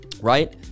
right